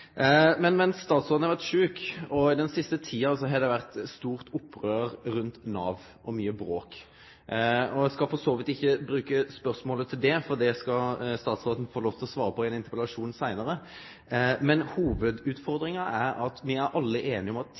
statsråden har vore sjuk, og i den siste tida, har det vore stort opprør og mykje bråk rundt Nav. Eg skal for så vidt ikkje bruke spørsmålet til det, for det skal statsråden få lov til å svare på i ein interpellasjon seinare. Men hovudutfordringa er at me alle er einige om at